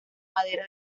madera